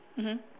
mmhmm